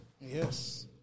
Yes